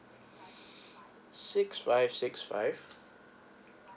six five six five